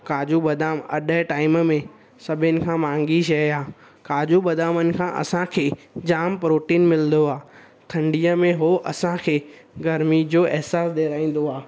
काजू बदाम अॾु जे टाइम में सभिनि खां माहंगी शइ आहे काजू बदामनि खां असांखे जाम प्रोटीन मिलंदो आहे ठंडीअ में उहो असांखे गर्मी जो अहसासु ॾियारींदो आहे